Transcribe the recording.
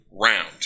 round